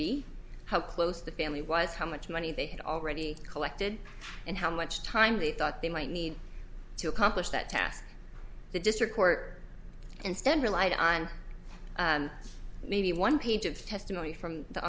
be how close the family was how much money they had already collected and how much time they thought they might need to accomplish that task the district court instead relied on maybe one page of testimony from the